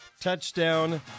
touchdown